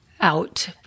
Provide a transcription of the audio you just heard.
out